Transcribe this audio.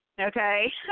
Okay